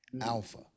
Alpha